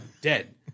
dead